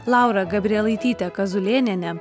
laura gabrielaityte kazulėnienė